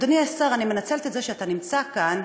אדוני השר, אני מנצלת את זה שאתה נמצא כאן